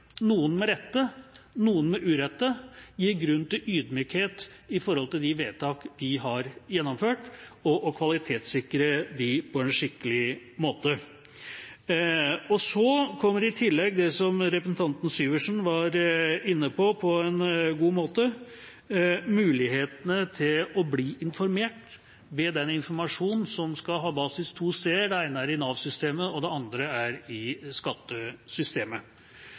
noen med rette, noen med urette – gir grunn til ydmykhet når det gjelder de vedtak vi har gjennomført, og å kvalitetssikre dem på en skikkelig måte. Så kommer i tillegg det som representanten Syversen var inne på på en god måte, mulighetene til å bli informert ved den informasjonen som skal ha basis to steder. Det ene er i Nav-systemet, og det andre er i skattesystemet.